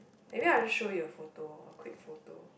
maybe I'll just show you a photo a quick photo